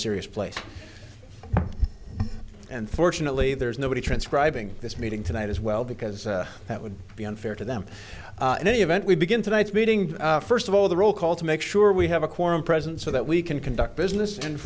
serious place and fortunately there's nobody transcribing this meeting tonight as well because that would be unfair to them in any event we begin tonight meeting first of all the roll call to make sure we have a quorum present so that we can conduct business and